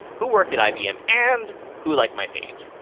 who work at ibm, and who like my page.